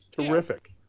Terrific